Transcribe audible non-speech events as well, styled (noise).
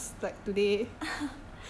(laughs) today is different